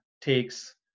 takes